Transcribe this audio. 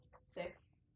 Six